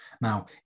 now